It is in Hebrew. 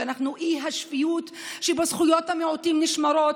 שאנחנו אי השפיות שבו זכויות המיעוטים נשמרות,